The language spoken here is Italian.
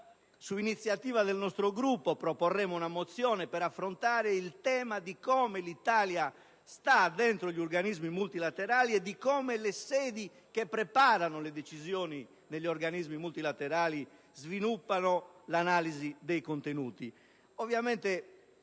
su iniziativa del nostro Gruppo proporremo una mozione per affrontare il tema di come l'Italia sta negli organismi multilaterali e di come le sedi che preparano le decisioni degli organismi multilaterali sviluppano l'analisi dei contenuti.